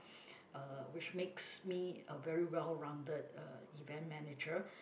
uh which makes me a very well rounded uh event manager